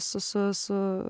su su su